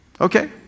Okay